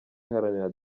iharanira